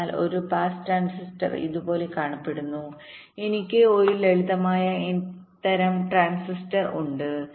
അതിനാൽ ഒരു pass transistor ഇതുപോലെ കാണപ്പെടുന്നു എനിക്ക് ഒരു ലളിതമായ n തരം ട്രാൻസിസ്റ്റർ ഉണ്ട്